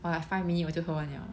!wah! I five minute 我就喝完了